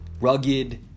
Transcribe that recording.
rugged